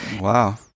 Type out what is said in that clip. Wow